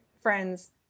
friends